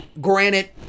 Granted